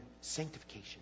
sanctification